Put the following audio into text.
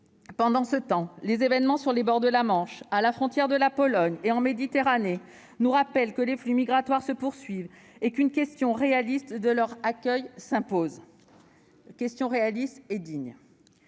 Pendant ce temps, les événements sur les bords de la Manche, à la frontière de la Pologne et en Méditerranée nous rappellent que les flux migratoires se poursuivent et qu'une gestion réaliste et digne de leur accueil s'impose. La baisse temporaire